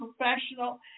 professional